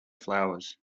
flowers